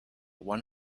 one